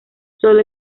solo